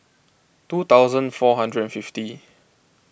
two thousand four hundred fifty